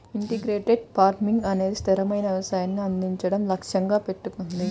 integrated farming అనేది స్థిరమైన వ్యవసాయాన్ని అందించడం లక్ష్యంగా పెట్టుకుంది